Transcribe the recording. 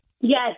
Yes